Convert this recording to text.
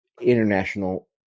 international